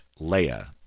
Leia